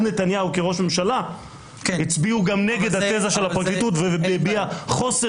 נתניהו כראש ממשלה הצביעו נגד התזה של הפרקליטות והביעו חוסר